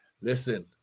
Listen